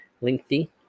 lengthy